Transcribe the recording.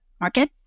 market